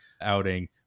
outing